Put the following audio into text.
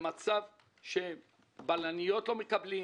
במצב שבלניות לא מקבלות